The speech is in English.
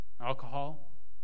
alcohol